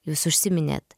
jūs užsiminėt